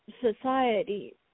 society